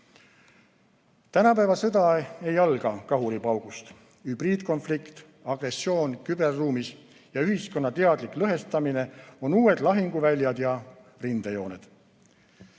Tänapäeva sõda ei alga kahuripaugust. Hübriidkonflikt, agressioon küberruumis ja ühiskonna teadlik lõhestamine on uued lahinguväljad ja rindejooned.